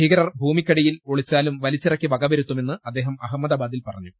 ഭീകരർ ഭൂമിയ്ക്കടിയിൽ ഒളിച്ചാലും വലിച്ചിറക്കി വക വരുത്തുമെന്ന് അദ്ദേഹം അഹമ്മദാബാദിൽ പറഞ്ഞു